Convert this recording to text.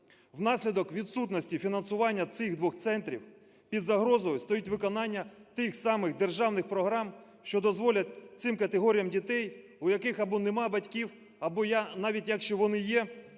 Внаслідок відсутності фінансування цих двох центрів під загрозою стоїть виконання тих самих державних програм, що дозволять цим категоріям дітей, у яких або нема батьків, або навіть якщо вони є,